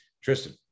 Tristan